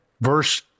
verse